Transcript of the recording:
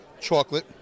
chocolate